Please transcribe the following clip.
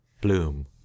bloom